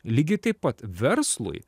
lygiai taip pat verslui